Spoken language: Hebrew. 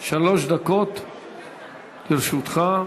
דקות לרשותך.